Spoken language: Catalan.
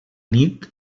nit